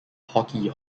hockey